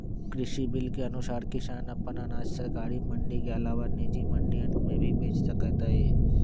कृषि बिल के अनुसार किसान अपन अनाज सरकारी मंडी के अलावा निजी मंडियन में भी बेच सकतय